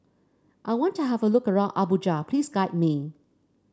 I want to have a look around Abuja please guide me